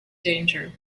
danger